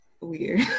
weird